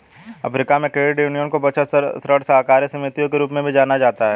Africa में, credit यूनियनों को बचत, ऋण सहकारी समितियों के रूप में जाना जाता है